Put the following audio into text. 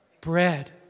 bread